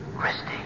Christy